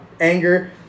anger